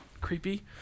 creepy